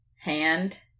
Hand